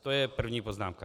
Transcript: To je první poznámka.